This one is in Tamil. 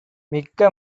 மிக்க